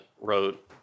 wrote